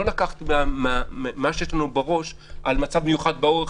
לא לקחת את מה שיש לנו בראש על מצב מיוחד בעורף,